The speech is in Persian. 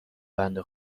بنده